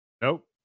Nope